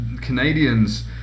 Canadians